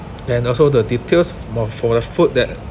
and also the details for for the food that